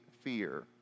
fear